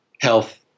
health